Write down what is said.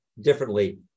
differently